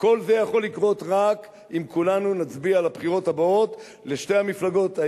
כל זה יכול לקרות רק אם כולנו נצביע בבחירות הבאות לשתי המפלגות,